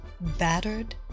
Battered